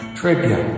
trivia